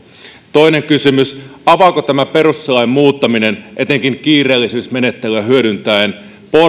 toinen kysymys avaako tämä perustuslain muuttaminen portit lisätä jatkossa uusia tiedusteluvaltuuksia etenkin kiireellisyysmenettelyä hyödyntäen